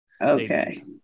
Okay